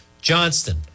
Johnston